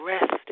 rest